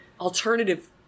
alternative